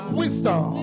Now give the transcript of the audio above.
wisdom